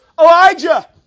Elijah